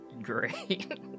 Great